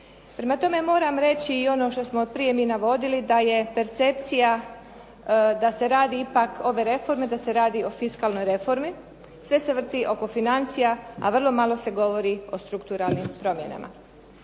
Prema tome, moram reći i ono što smo prije mi navodili da je percepcija da se radi ipak, ove reforme, da se radi o fiskalnoj reformi, sve se vrti oko financija, a vrlo malo se govori o strukturalnim promjenama.